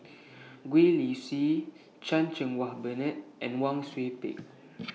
Gwee Li Sui Chan Cheng Wah Bernard and Wang Sui Pick